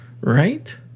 right